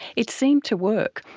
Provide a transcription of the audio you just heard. it seemed to work,